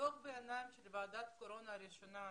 בדוח ביניים של ועדת הקורונה הראשונה,